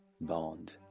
Bond